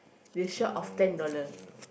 they short of ten dollar